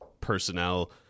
personnel